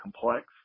complex